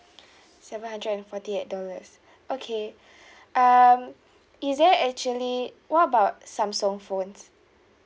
seven hundred and forty eight dollars okay um is there actually what about samsung phones